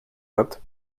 hat